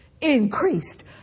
increased